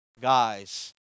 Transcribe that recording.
guys